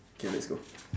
okay let's go